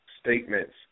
Statements